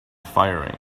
firing